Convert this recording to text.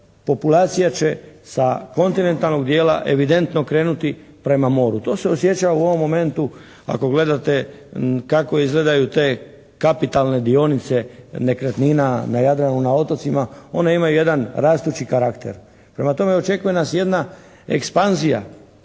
populacija će sa kontinentalnog dijela evidentno krenuti prema moru. To se osjeća u ovom momentu ako gledate kako izgledaju te kapitalne dionice nekretnina na Jadranu, na otocima. One imaju jedan rastući karakter. Prema tome, očekuje nas jedna ekspanzija